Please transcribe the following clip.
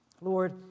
Lord